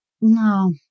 No